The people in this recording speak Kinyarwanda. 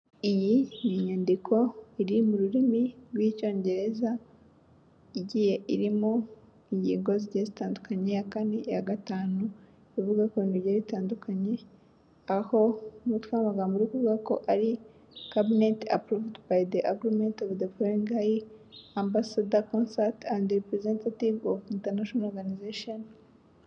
Iyi ni inyandiko iri mu rurimi rw'icyongereza igiye irimo ingingo zigiye zitandukanye iya kane iya gatanu ivuga ku bintu bigiye bitandukanye aho w'amagambo urikuvuga ko ari kabinetinet apuruvudi bayi de agurimenti bayi de ofu de foreni gayi ambasada konseti andi repurisentativu of intenashinolu oganayizeshoni.